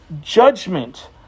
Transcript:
judgment